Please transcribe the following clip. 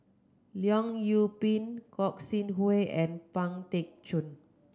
Leong Yoon Pin Gog Sing Hooi and Pang Teck Joon